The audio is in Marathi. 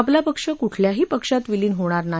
आपला पक्ष कृठल्याही पक्षात विलीन होणार नाही